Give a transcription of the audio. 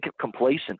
complacent